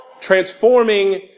transforming